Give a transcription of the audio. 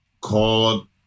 called